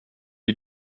you